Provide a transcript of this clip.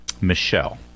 Michelle